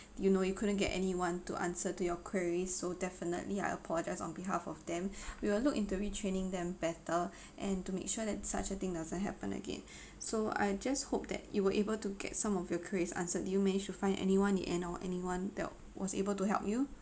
you know you couldn't get anyone to answer to your queries so definitely I apologise on behalf of them we will look into retraining them better and to make sure that such a thing doesn't happen again so I just hope that you were able to get some of your queries answered do you manage to find anyone do you know anyone that was able to help you